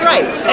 Right